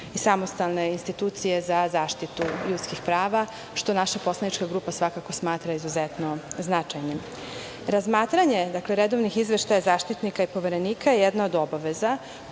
i samostalne institucije za zaštitu ljudskih prava, što naša poslanička grupa svakako smatra izuzetno značajnim. Razmatranje redovnih izveštaja Zaštitnika i Poverenika je jedna od obaveza